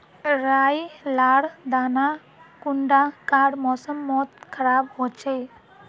राई लार दाना कुंडा कार मौसम मोत खराब होचए?